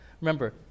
Remember